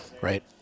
Right